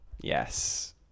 Yes